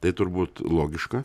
tai turbūt logiška